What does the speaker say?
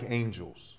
angels